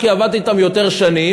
כי עבדתי אתם יותר שנים.